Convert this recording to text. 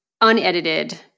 unedited